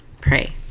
Pray